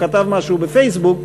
או כתב משהו בפייסבוק,